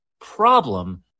problem